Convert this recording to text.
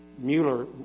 Mueller